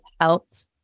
helped